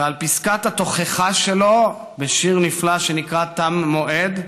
ועל פסקת התוכחה שלו בשיר נפלא שנקרא "תם מועד",